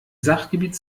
sachgebiet